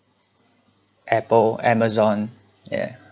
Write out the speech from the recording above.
apple amazon yeah